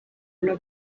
vuba